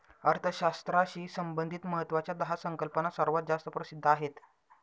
अर्थशास्त्राशी संबंधित महत्वाच्या दहा संकल्पना सर्वात जास्त प्रसिद्ध आहेत